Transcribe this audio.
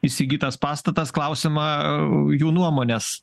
įsigytas pastatas klausiama jų nuomonės